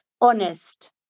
honest